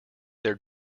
there